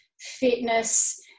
fitness